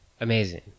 Amazing